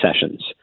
sessions